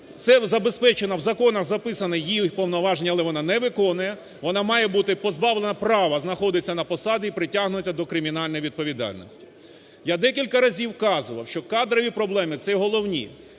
це забезпечено, в законах записано її повноваження, але вона не виконує, вона має бути позбавлена права знаходитися на посаді і притягнута до кримінальної відповідальності. Я декілька разів вказував, що кадрові проблеми – це головні.